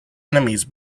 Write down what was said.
enemies